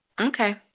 Okay